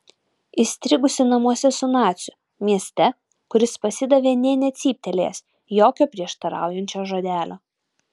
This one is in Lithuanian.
įstrigusi namuose su naciu mieste kuris pasidavė nė necyptelėjęs jokio prieštaraujančio žodelio